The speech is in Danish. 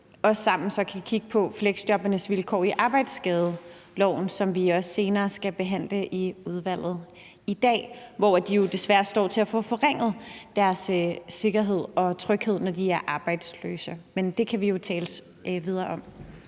også sammen kan kigge på fleksjobbernes vilkår i arbejdsskadeloven, som vi også senere skal behandle i udvalget. I dag står de jo desværre til at få forringet deres sikkerhed og tryghed, når de er arbejdsløse. Men det kan vi jo tale videre om.